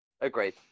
agreed